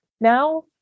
Now